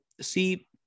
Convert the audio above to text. See